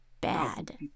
bad